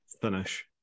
finish